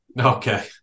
Okay